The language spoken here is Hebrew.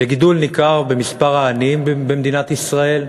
לגידול ניכר במספר העניים במדינת ישראל.